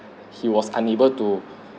he was unable to